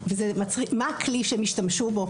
מה הכלי שהם ישתמשו בו.